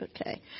Okay